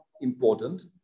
important